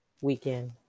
weekend